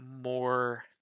more